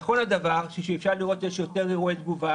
נכון הדבר שאפשר לראות שיש יותר אירועי תגובה